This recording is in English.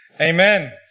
Amen